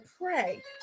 pray